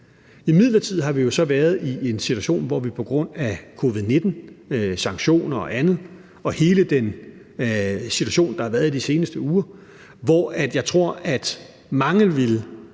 Imidlertid har vi jo så været i en situation med covid-19 – sanktioner og andet – og hele den situation, der har været de seneste uger, hvor jeg tror, at mange ville